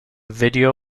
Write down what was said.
video